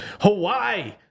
Hawaii